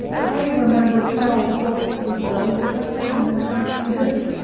i remember charles schulz was spelled differently than it currently is.